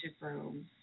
room